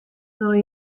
nei